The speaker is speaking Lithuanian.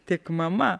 tik mama